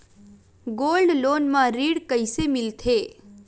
Gold loan म ऋण कइसे मिलथे?